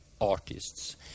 artists